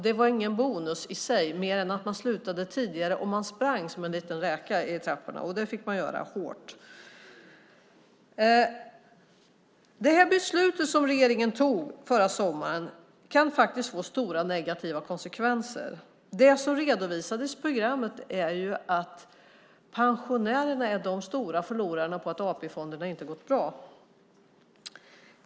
Det var ingen bonus i sig mer än att man slutade tidigare om man sprang i racerfart i trapporna. Det fick man göra, och det var hårt. Det beslut som regeringen tog förra sommaren kan faktiskt få stora negativa konsekvenser. Det som redovisades i programmet är ju att pensionärerna är de stora förlorarna på att AP-fonderna inte har gått bra.